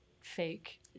fake